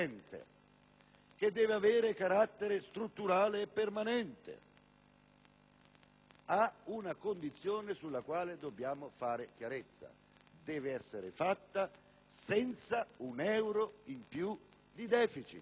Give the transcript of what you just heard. che deve avere carattere strutturale e permanente, presenta una condizione sulla quale dobbiamo fare chiarezza: deve essere fatta senza un euro in più di deficit: